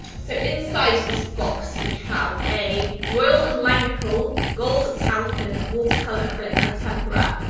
so inside this box, we have a royal and langnickel gold talcon watercolor acrylic and tempura